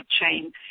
chain